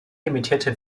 limitierte